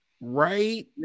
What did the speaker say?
Right